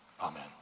Amen